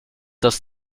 dass